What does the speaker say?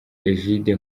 egide